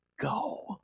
go